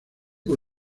con